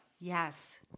Yes